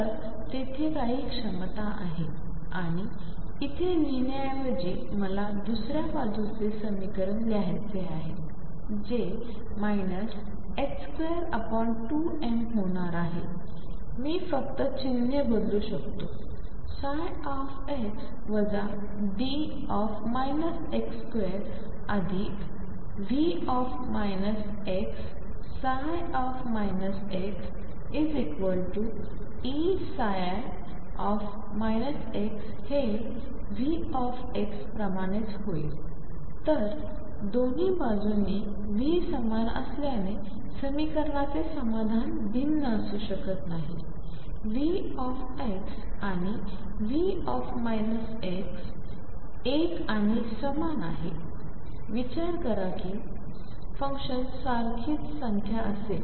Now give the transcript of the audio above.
तर तेथे काही क्षमता आहे आणि इथे लिहिण्याऐवजी मला दुसऱ्या बाजूचे समीकरण लिहायचे आहे जे 22m होणार आहे मी फक्त चिन्हे बदलू शकतो x वजा d x2अधिक V x xEψ हे V प्रमाणेच होईल तर दोन्ही बाजूंनी V समान असल्याने समीकरणाचे समाधान भिन्न असू शकत नाही V आणि V एक आणि समान आहेत विचार करा की फंक्शन सारखीच संख्या असेल